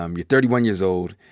um you're thirty one years old.